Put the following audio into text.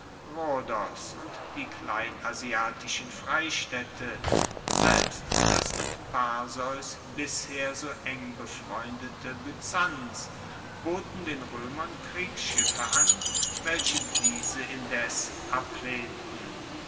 rhodos und die kleinasiatischen freistaedte selbst das mit perseus bisher so eng befreundete byzanz boten den roemern kriegsschiffe an welche diese indes ablehnten